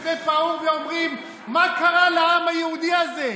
היום הגויים מסתכלים עלינו בפה פעור ואומרים: מה קרה לעם היהודי הזה?